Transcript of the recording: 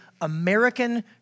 American